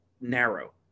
narrow